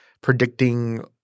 predicting